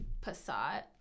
passat